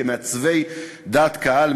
כמעצבי דעת קהל,